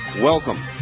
welcome